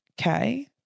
okay